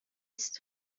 است